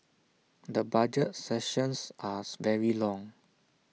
the budget sessions are very long